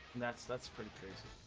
that's that's pretty crazy